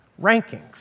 rankings